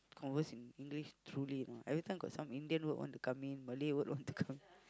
converse in English truly know everytime got some Indian word want to come in Malay word want to come